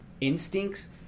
instincts